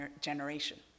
generation